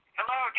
Hello